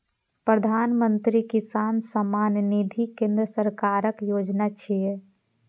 प्रधानमंत्री किसान सम्मान निधि केंद्र सरकारक योजना छियै